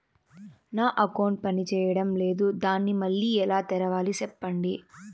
నా అకౌంట్ పనిచేయడం లేదు, దాన్ని మళ్ళీ ఎలా తెరవాలి? సెప్పండి